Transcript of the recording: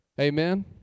Amen